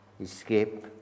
Escape